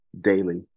daily